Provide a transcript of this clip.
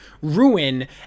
ruin